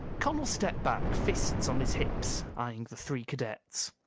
connel stepped back, fists on his hips, eying the three cadets.